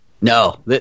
No